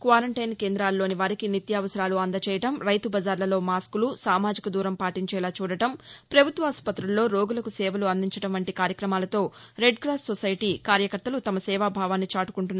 quarantine కేంద్రాలలోని వారికి నిత్యావసరాలు అందచేయటం రైతు బజార్లలో మాస్ములు సామాజిక దూరం పాటించేలా చూడటం పభుత్వాసుపత్తులలో రోగులకు సేవలు అందించటం వంటి కార్యక్రమాలతో రెడ్ క్రాస్ సోసైటీ కార్యకర్తలు తమ సేవాభావాన్ని చాటుకుంటున్నారు